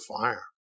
fire